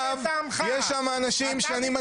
יש שם אנשים שאני מכיר.